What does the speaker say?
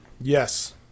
Yes